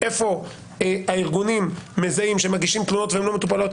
איפה הארגונים מזהים שמגישים תלונות והן לא מטופלות,